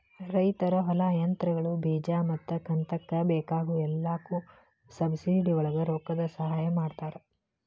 ರೈತರ ಹೊಲಾ, ಯಂತ್ರಗಳು, ಬೇಜಾ ಮತ್ತ ಕಂತಕ್ಕ ಬೇಕಾಗ ಎಲ್ಲಾಕು ಸಬ್ಸಿಡಿವಳಗ ರೊಕ್ಕದ ಸಹಾಯ ಮಾಡತಾರ